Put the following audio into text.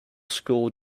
school